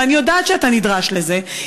ואני יודעת שאתה נדרש לזה,